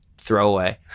throwaway